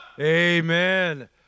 Amen